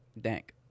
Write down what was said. dank